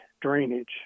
drainage